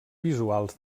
visuals